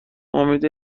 امید